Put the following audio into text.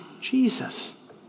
Jesus